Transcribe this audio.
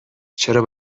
چرا